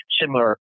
similar